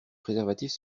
préservatifs